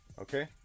Okay